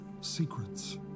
secrets